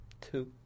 Two